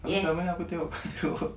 aku tengok